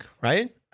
right